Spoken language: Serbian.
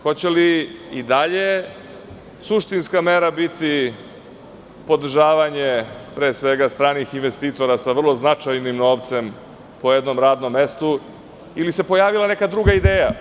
Hoće li i dalje suštinska mera biti podržavanje pre svega stranih investitora sa vrlo značajnim novcem po jednom radnom mestu ili se pojavila neka druga ideja.